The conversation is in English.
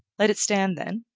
let it stand, then,